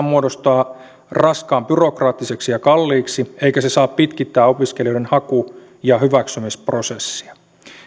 muodostua raskaan byrokraattiseksi ja kalliiksi eikä se saa pitkittää opiskelijoiden haku ja hyväksymisprosessia